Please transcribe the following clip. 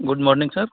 good morning sir